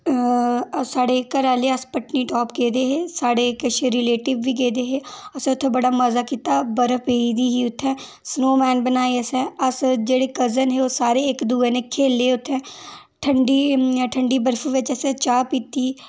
साढ़े घरै आह्ले अस पत्नीटॉप गेदे हे साढ़े किश रिलेटिव बी गेदे हे असें उत्थै बड़ा मज़ा कीता बर्फ पेई दी ही उत्थै स्नोमैन बनाए असें अस जेह्ड़े कजन हे ओह् सारे इक दूए नै खेले उत्थै ठंडी ठंडी बर्फू बिच असें चाह् पीती